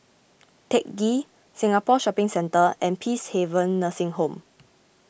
Teck Ghee Singapore Shopping Centre and Peacehaven Nursing Home